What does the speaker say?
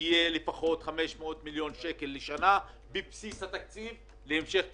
שיהיה לפחות 500 מיליון שקל לשנה בבסיס התקציב להמשך טיפול.